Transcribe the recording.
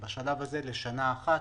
בשלב הזה לשנה אחת.